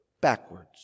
backwards